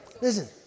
Listen